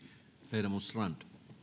arvoisa